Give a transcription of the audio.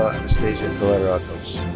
anastasia kelarakos.